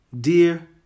Dear